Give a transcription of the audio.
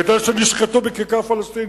ואת אלה שנשחטו בכיכר פלסטין,